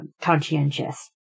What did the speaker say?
conscientious